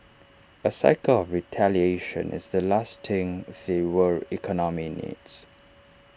A cycle of retaliation is the last thing the world economy needs